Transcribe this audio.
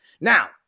Now